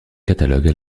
catalogue